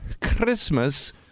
Christmas